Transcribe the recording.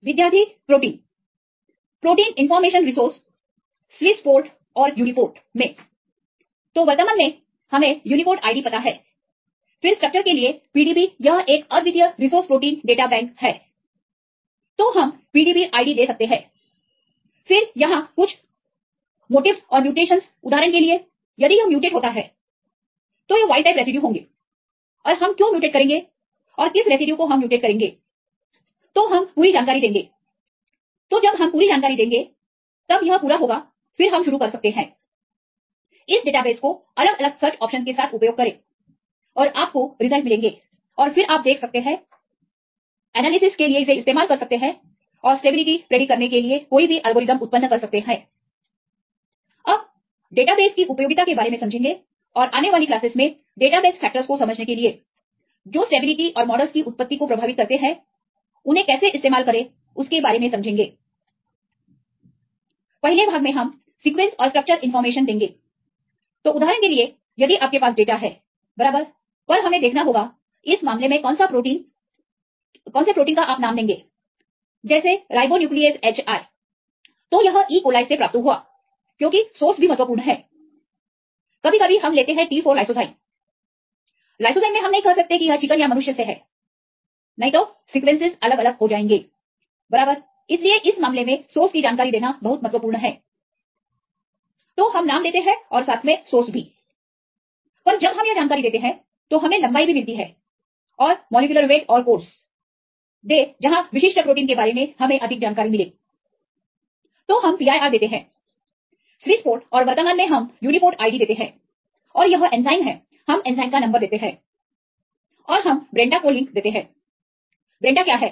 विद्यार्थी प्रोटीनRefer Time 0928 protein information resource और स्विस प्रोट औरRefer Time 0930 यूनीपोर्ट में तोवर्तमान में हमें यूनीप्रोट आईडी पता है फिर स्ट्रक्चर के लिए PDB यह एक अद्वितीय रिसोर्स प्रोटीन डाटा बैंक है तो हम PDBआईडी दे सकते हैं फिर यहां कुछ मोटीफ्स और म्यूटेशन उदाहरण के लिए यदि यह म्यूटेट होता है तो यह वाइल्ड टाइप रेसिड्यू होंगे और हम क्यों म्यूटेट करेंगे और किस रेसिड्यू को हम म्यूटेट करेंगेतो हम पूरी जानकारी देंगेतो जब हम पूरी जानकारी देंगे तब यह पूरा होगा फिर हम शुरू कर सकते हैं इस डेटाबेस को अलग अलग सर्च ऑप्शंस के साथ उपयोग करें और आपको रिजल्ट मिलेंगे और फिर आप देख सकते हैं फिर आप अपने एनालिसिस के लिए इस्तेमाल कर सकते हैं और स्टेबिलिटी प्रेडीकट करने के लिए कोई भी एल्गोरिदम उत्पन्न कर सकते हैं अब डेटाबेस की उपयोगिता के बारे में समझेंगेऔर आने वाली क्लासेस में डेटाबेस फैक्टरस को समझने के लिए जो स्टेबिलिटी और मॉडल्स की उत्पत्ति को प्रभावित करते हैं कैसे इस्तेमाल करें के बारे में समझेंगे पहिले भाग में हम सीक्वेंस और स्ट्रक्चर इंफॉर्मेशन देंगे तो उदाहरण के लिए यदि आपके पास डेटा है बराबर पर हमें देखना होगा इस मामले में कौन सा प्रोटीन आप प्रोटीन का नाम देंगे जैसे राइबोन्यूक्लीएज HI तो यह ई कोलाय से प्राप्त हुआ क्योंकि सोर्स भी महत्वपूर्ण है कभी कभी हम लेते हैं T 4 लाइसोझाइम लाइसोझाइम में हम नहीं कह सकते कि यह चिकन या मनुष्य से है नहीं तो सीक्वेंसेस अलग अलग हो जाएंगे बराबर इसलिए इस मामले में सोर्स की जानकारी देना बहुत महत्वपूर्ण है तो हम नाम देते हैं और सोर्स पर जब हम यह जानकारी देते हैं तो हमें लंबाई भी मिलती है और मॉलिक्यूलर वेट और कोडस दे जहां विशिष्ट प्रोटीन के बारे में हमें अधिक जानकारी मिले तो हम PIR देते हैं स्वीस प्रोट और वर्तमान में हम यूनिकोड आईडी देते हैं और यह एंजाइम है हम एंजाइम का नंबर देते हैं और हम ब्रेंडा को लिंक देते हैं ब्रेंडा क्या है